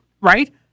right